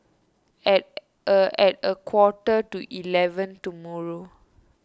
at a at a quarter to eleven tomorrow